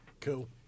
Cool